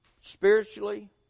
spiritually